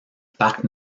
parc